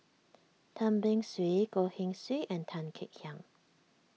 Tan Beng Swee Goh Keng Swee and Tan Kek Hiang